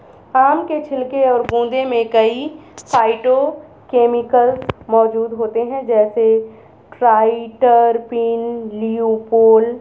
आम के छिलके और गूदे में कई फाइटोकेमिकल्स मौजूद होते हैं, जैसे ट्राइटरपीन, ल्यूपोल